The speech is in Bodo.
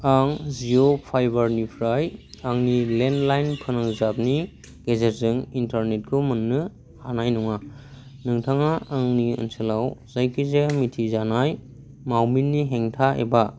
आं जिअ फाइबारनिफ्राय आंनि लेण्डलाइन फोनांजाबनि गेजेरजों इन्टारनेटखौ मोननो हानाय नङा नोंथाङा आंनि ओनसोलाव जायखिजाया मिथिजानाय मावमिननि हेंथा एबा